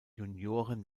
junioren